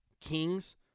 Kings